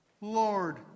Lord